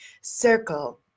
circle